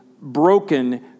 broken